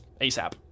ASAP